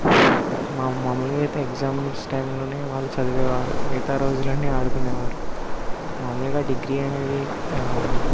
మా మామూలుగైతే ఎగ్జామ్స్ టైంలోనే వాళ్ళు చదివేవారు మిగతా రోజులన్నీ ఆడుకునే వారు మామూలుగా డిగ్రీ అనేది